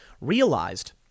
realized